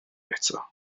eto